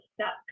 stuck